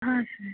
ಹಾಂ ಸರ್